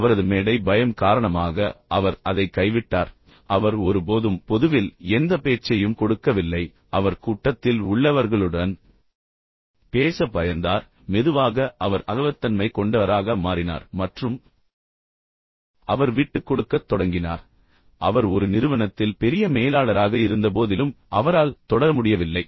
அவரது மேடை பயம் காரணமாக அவர் அதை கைவிட்டார் அவர் ஒருபோதும் பொதுவில் எந்த பேச்சையும் கொடுக்கவில்லை அவர் கூட்டத்தில் உள்ளவர்களுடன் பேச பயந்தார் மெதுவாக அவர் அகவத்தன்மை கொண்டவராக மாறினார் மற்றும் பின்னர் அவர் விட்டுக்கொடுக்கத் தொடங்கினார் அவர் ஒரு நிறுவனத்தில் பெரிய மேலாளராக இருந்தபோதிலும் அவரால் தொடர முடியவில்லை